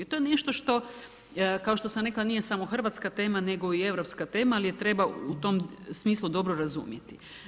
To je nešto što, kao što sam rekao, nije samo hrvatska tema, nego i europska tema, ali ju treba u tom smislu dobro razumjeti.